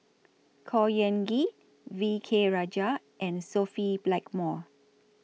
Khor Ean Ghee V K Rajah and Sophia Blackmore